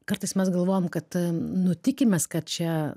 kartais mes galvojam kad nu tikimės kad čia